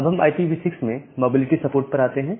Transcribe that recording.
अब हम IPv6 में मोबिलिटी सपोर्ट पर आते हैं